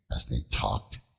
as they talked,